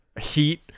heat